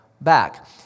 back